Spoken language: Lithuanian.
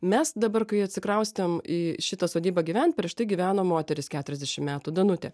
mes dabar kai atsikraustėm į šitą sodybą gyvent prieš tai gyveno moteris keturiasdešimt metų danutė